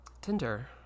Tinder